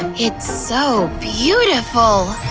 it's so beautiful!